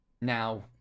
Now